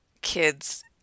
kids